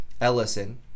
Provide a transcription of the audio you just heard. Ellison